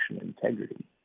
integrity